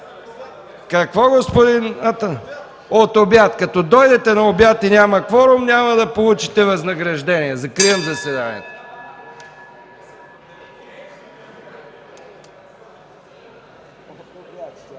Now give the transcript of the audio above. точни! (Реплики.) От обяд?! Като дойдете на обяд и няма кворум, няма да получите възнаграждение. Закривам заседанието.